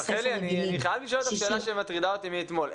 רחלי אני חייב לשאול אותך שאלה שמטרידה אותי מאתמול.